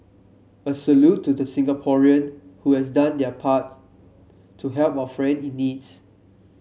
a salute to Singaporean who has done their part to help our friend in needs